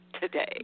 today